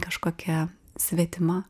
kažkokia svetima